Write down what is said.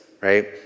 right